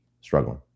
struggling